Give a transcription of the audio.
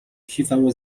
کیفمو